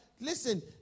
listen